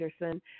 Anderson